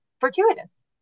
fortuitous